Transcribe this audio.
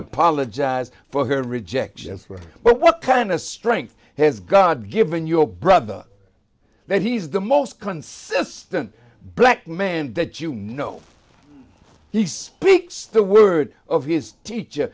apologize for her rejection but what can a strength has god given your brother that he's the most consistent black man that you know he speaks the word of his teacher